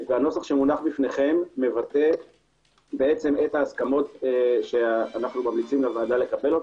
הנוסח שמונח לפניכם מבטא את ההסכמות שאנחנו ממליצים לוועדה לקבלן.